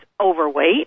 overweight